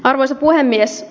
arvoisa puhemies